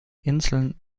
inseln